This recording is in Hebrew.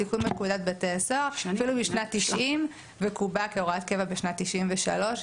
התיקון בפקודת בתי הסוהר אפילו משנת 1990 וקובעה כהוראת קבע בשנת 1993,